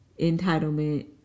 entitlement